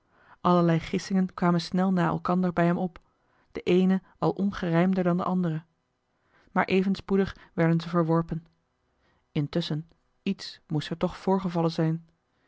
allerlei gissingen kwamen snel na elkander bij hem op de eene al ongerijmder dan de andere maar even spoedig werden ze verworpen intusschen iets moest er toch voorgevallen zijn